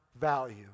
value